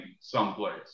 someplace